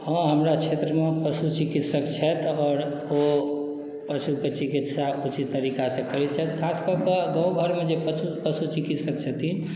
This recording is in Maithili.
हँ हमरा क्षेत्रमे पशु चिकित्सक छथि आओर ओ पशुके चिकित्सा उचित तरीकासँ करैत छथि खास कऽ कऽ गाम घरमे जे पचु पशु चिकित्सक छथिन